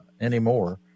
anymore